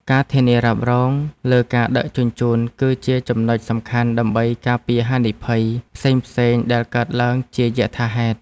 ការធានារ៉ាប់រងលើការដឹកជញ្ជូន គឺជាចំណុចសំខាន់ដើម្បីការពារហានិភ័យផ្សេងៗដែលកើតឡើងជាយថាហេតុ។